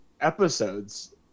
episodes